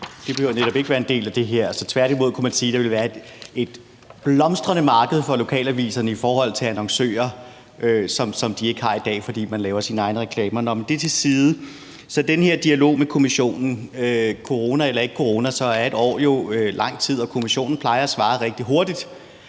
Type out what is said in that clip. det behøver netop ikke være en del af det her. Tværtimod kunne man sige, at der ville være et blomstrende marked for lokalaviser i forhold til annoncører, som der ikke er i dag, fordi man laver sine egne reklamer. Nå, men hvis vi lægger det til side, kan vi tale om den her dialog med Kommissionen. Om der er corona eller ikke corona, er et år jo lang tid, og Kommissionen plejer at svare rigtig hurtigt.